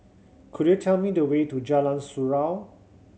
could you tell me the way to Jalan Surau